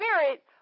Spirit